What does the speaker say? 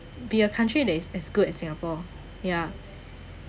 be a country that is as good as singapore ya